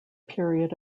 period